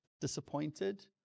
disappointed